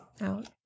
out